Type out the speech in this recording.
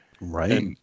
right